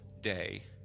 day